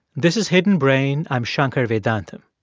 this is hidden brain. i'm shankar vedantam.